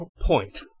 point